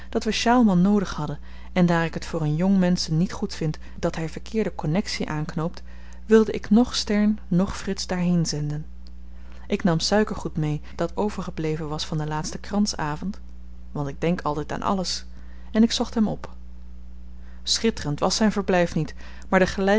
dat we sjaalman noodig hadden en daar ik het voor een jong mensch niet goed vind dat hy verkeerde konnexien aanknoopt wilde ik noch stern noch frits daarheen zenden ik nam suikergoed mee dat overgebleven was van den laatsten krans avend want ik denk altyd aan alles en ik zocht hem op schitterend was zyn verblyf niet maar de